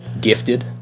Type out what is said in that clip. Gifted